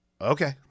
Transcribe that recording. okay